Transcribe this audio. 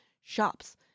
shops